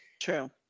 true